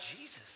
Jesus